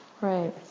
Right